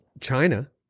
China